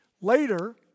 Later